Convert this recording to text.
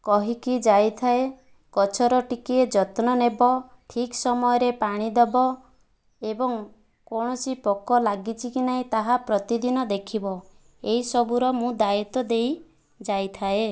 କହିକି ଯାଇଥାଏ ଗଛର ଟିକେ ଯତ୍ନ ନେବ ଠିକ ସମୟରେ ପାଣି ଦେବ ଏବଂ କୌଣସି ପୋକ ଲାଗିଛି କି ନାହିଁ ତାହା ପ୍ରତିଦିନ ଦେଖିବ ଏଇସବୁର ମୁଁ ଦାୟିତ୍ୱ ଦେଇ ଯାଇଥାଏ